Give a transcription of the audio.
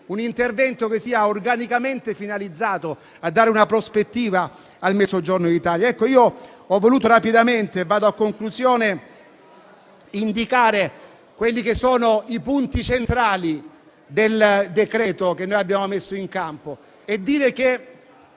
un intervento organicamente finalizzato a dare una prospettiva al Mezzogiorno d'Italia. Ho voluto rapidamente indicare i punti centrali del decreto che abbiamo messo in campo e dire che